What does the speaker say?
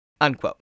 Unquote